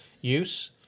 use